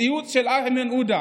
ראיתי ציוץ של איימן עודה,